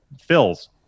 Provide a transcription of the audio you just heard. fills